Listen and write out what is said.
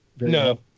no